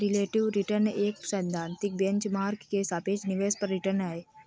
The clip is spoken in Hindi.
रिलेटिव रिटर्न एक सैद्धांतिक बेंच मार्क के सापेक्ष निवेश पर रिटर्न है